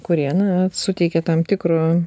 kurie na suteikia tam tikro